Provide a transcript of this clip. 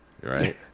right